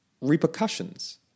repercussions